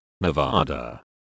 Nevada